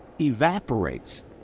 evaporates